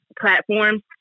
platform